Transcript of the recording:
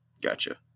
Gotcha